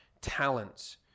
talents